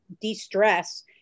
de-stress